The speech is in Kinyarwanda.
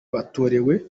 batorewe